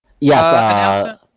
Yes